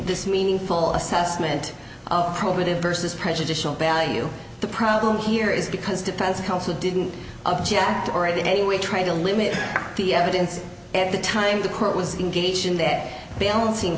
this meaningful assessment of probative versus prejudicial value the problem here is because defense counsel didn't object or in any way trying to limit the evidence at the time the quote was engaged in that balancing